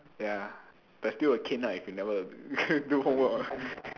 ya but still a king ah if you never do homework [one]